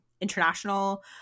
international